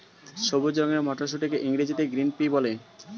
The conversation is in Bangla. সবুজ রঙের মটরশুঁটিকে ইংরেজিতে গ্রিন পি বলে